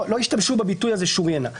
לא השתמשו בביטוי הזה, שוריינה.